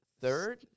third